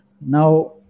Now